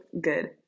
good